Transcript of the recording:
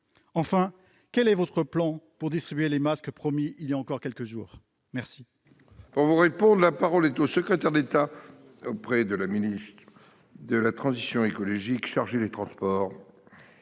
Enfin, quel est votre plan pour distribuer les masques promis il y a encore quelques jours ? La